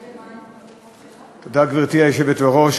תודה, גברתי היושבת-ראש.